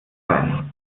sein